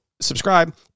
subscribe